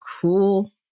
cool